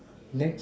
next